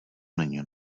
není